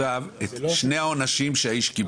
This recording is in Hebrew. שני עונשים: